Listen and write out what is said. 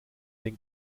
den